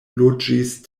loĝis